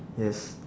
yes